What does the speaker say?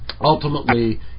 ultimately